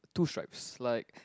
two stripes like